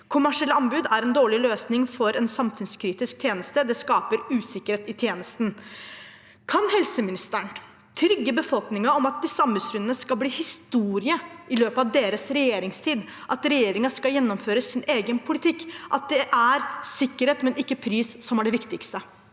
kommersielle anbud er en dårlig løsning for en samfunnskritisk tjeneste, det skaper usikkerhet i tjenesten. Kan helseministeren trygge befolkningen om at disse anbudsrundene skal bli historie i løpet av deres regjeringstid, at regjeringen skal gjennomføre sin egen politikk, at det er sikkerhet og ikke pris som er det viktigste?